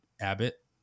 Abbott